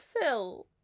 fill